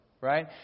right